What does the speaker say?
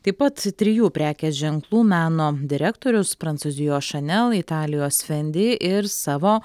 taip pat trijų prekės ženklų meno direktorius prancūzijos šanel italijos fendi ir savo